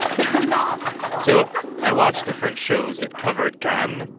but you know so i watched the french shows that covered cannes.